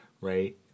right